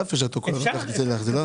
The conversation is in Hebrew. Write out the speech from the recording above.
לא נעים שאת לוקחת את זה לך.